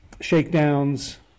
shakedowns